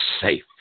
safe